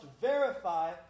verify